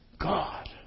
God